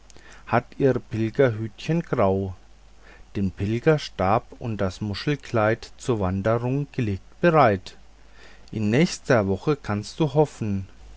hat ihr pilgerhütchen grau den pilgerstab und das muschelkleid zur wanderung gelegt bereit in nächster woche kannst du hoffen